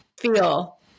feel